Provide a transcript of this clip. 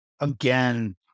again